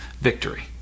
victory